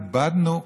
איבדנו,